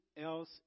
else